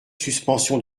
suspension